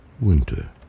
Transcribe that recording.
winter